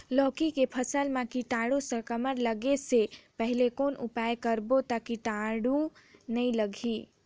लौकी के फसल मां कीटाणु संक्रमण लगे से पहले कौन उपाय करबो ता कीटाणु नी लगही?